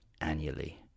annually